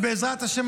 ובעזרת השם,